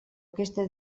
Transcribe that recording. aquesta